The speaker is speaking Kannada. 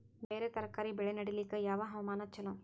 ಬೇರ ತರಕಾರಿ ಬೆಳೆ ನಡಿಲಿಕ ಯಾವ ಹವಾಮಾನ ಚಲೋ?